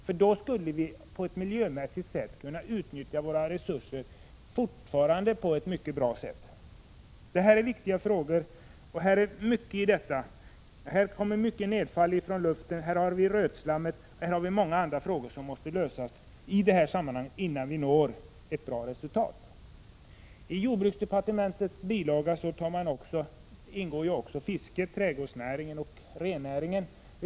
Med sådana skulle vi kunna utnyttja våra resurser på ett miljömässigt bra sätt. Dessa frågor är mycket viktiga. Vidare: Det kommer mycket nedfall från luften, vi har rötslam och en mängd andra frågor i dessa sammanhang som måste lösas, innan vi når resultat. I jordbruksdepartementets bilaga till budgetpropositionen ingår också fisket, trädgårdsnäringen och rennäringen.